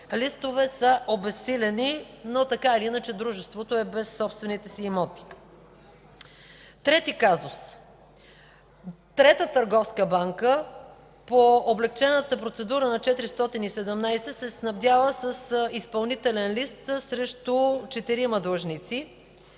листове са обезсилени, но така или иначе дружеството е без собствените си имоти. Трети казус. Трета търговска банка по облекчената процедура на чл. 417 се снабдява с изпълнителен лист срещу четирима длъжници.